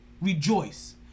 rejoice